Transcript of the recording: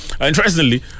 interestingly